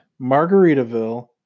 Margaritaville